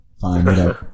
fine